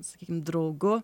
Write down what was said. sakykim draugu